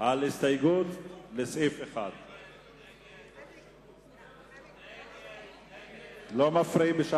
על הסתייגות לסעיף 1. ההסתייגות של חברי